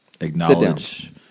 Acknowledge